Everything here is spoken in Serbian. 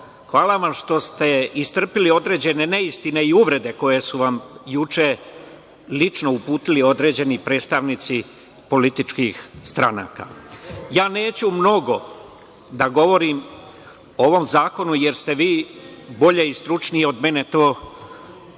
hvala vam što ste istrpeli određene neistine i uvrede koje su vam juče lično uputili određeni predstavnici političkih stranaka. Neću mnogo da govorim o ovom zakonu, jer ste vi bolje i stručnije od mene to juče